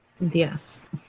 Yes